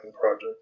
Project